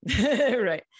right